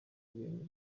ibintu